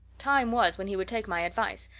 time was when he would take my advice,